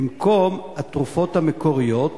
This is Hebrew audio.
במקום התרופות המקוריות,